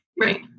Right